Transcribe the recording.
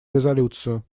резолюцию